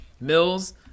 Mills